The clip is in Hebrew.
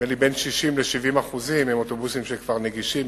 לי שבין 60% ל-70% הם אוטובוסים שהם כבר נגישים,